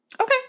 Okay